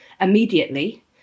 immediately